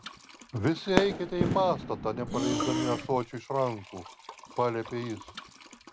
visi eikite į pastatą nepaleisdami ąsočių iš rankų paliepė jis